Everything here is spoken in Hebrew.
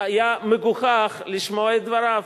היה מגוחך לשמוע את דבריו.